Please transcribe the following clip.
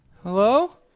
Hello